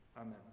Amen